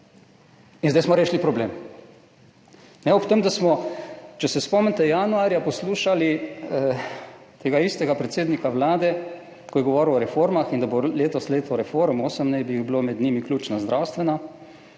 in zdaj smo rešili problem. Ob tem, da smo, če se spomnite, januarja poslušali tega istega predsednika Vlade, ko je govoril o reformah in da bo letos leto reform, osem naj bi jih bilo, med njimi ključna zdravstvena.